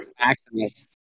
Maximus